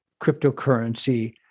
cryptocurrency